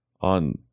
on